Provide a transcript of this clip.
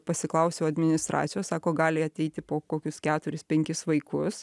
pasiklausiau administracijos sako gali ateiti po kokius keturis penkis vaikus